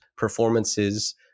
Performances